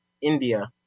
India